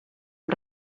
amb